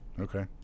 okay